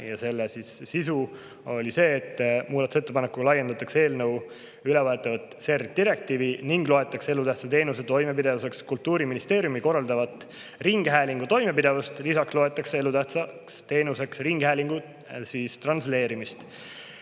Selle sisu on see, et laiendatakse eelnõuga ülevõetavat CER-direktiivi ning loetakse elutähtsa teenuse toimepidevuseks Kultuuriministeeriumi korraldatavat ringhäälingu toimepidevust. Lisaks loetakse elutähtsaks teenuseks ringhäälingu transleerimist.